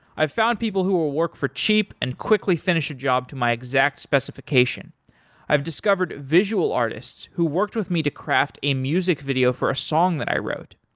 i've found people who will work for cheap and quickly finish a job to my exact specification i've discovered visual artists who worked with me to craft a music video for a song that i wrote.